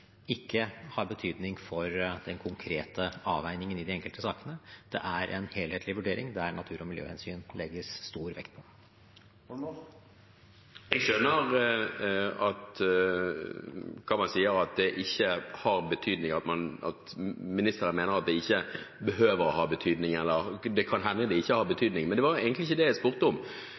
ikke har betydning for den konkrete avveiningen i de enkelte sakene. Det er en helhetlig vurdering der natur- og miljøhensyn legges stor vekt på. Jeg skjønner det statsråden sier om at det ikke behøver å ha betydning – eller det kan hende det ikke har betydning. Men det var egentlig ikke det jeg spurte om.